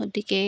গতিকে